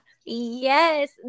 Yes